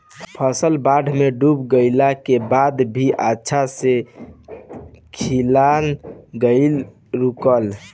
फसल बाढ़ में डूब गइला के बाद भी अच्छा से खिलना नइखे रुकल